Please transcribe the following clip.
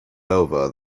over